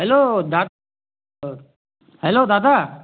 hello hello Dada